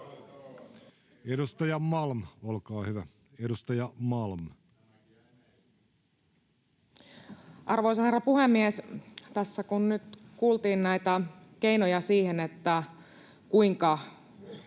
Edustaja Malm, olkaa hyvä. Arvoisa herra puhemies! Tässä nyt kuultiin näitä keinoja siihen, kuinka